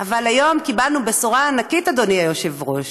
אבל היום קיבלנו בשורה ענקית, אדוני היושב-ראש: